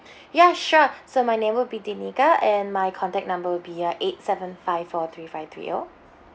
ya sure so my name will be denika and my contact number will be uh eight seven five four three five three O